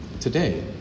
today